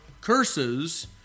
curses